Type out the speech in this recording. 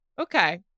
Okay